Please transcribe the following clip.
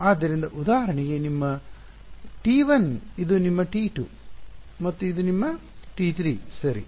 ಆದ್ದರಿಂದ ಉದಾಹರಣೆಗೆ ಇದು ನಿಮ್ಮ T1 ಇದು ನಿಮ್ಮ T2 ಮತ್ತು ಇದು ನಿಮ್ಮ T3 ಸರಿ